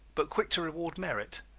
but quick to reward merit.